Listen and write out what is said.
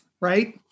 Right